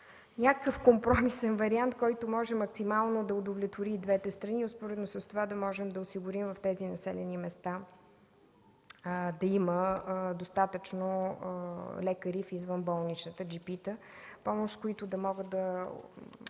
някакъв компромисен вариант, който може максимално да удовлетвори двете страни и успоредно с това да можем да осигурим в тези населени места да има достатъчно лекари в извънболничната помощ или джипита, които да могат да